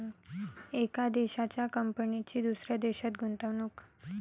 एका देशाच्या कंपनीची दुसऱ्या देशात गुंतवणूक